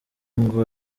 ngo